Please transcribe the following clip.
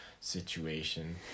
situation